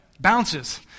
bounces